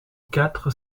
quatre